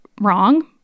wrong